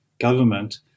government